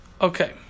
Okay